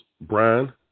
Brian